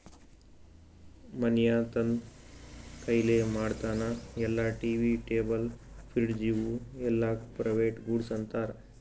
ಮನ್ಶ್ಯಾ ತಂದ್ ಕೈಲೆ ಮಾಡ್ತಾನ ಅಲ್ಲಾ ಟಿ.ವಿ, ಟೇಬಲ್, ಫ್ರಿಡ್ಜ್ ಇವೂ ಎಲ್ಲಾಕ್ ಪ್ರೈವೇಟ್ ಗೂಡ್ಸ್ ಅಂತಾರ್